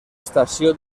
estació